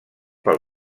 pel